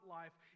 life